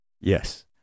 yes